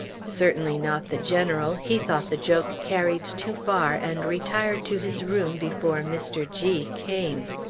certainly not the general. he thought the joke carried too far, and retired to his room before mr. g came.